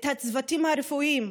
את הצוותים הרפואיים,